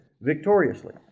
victoriously